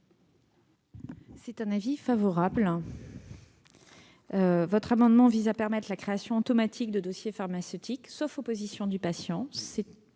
C'est un avis favorable. Très bien ! Cet amendement vise à permettre la création automatique de dossiers pharmaceutiques, sauf opposition du patient.